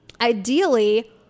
ideally